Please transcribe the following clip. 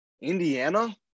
Indiana